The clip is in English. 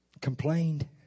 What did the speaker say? complained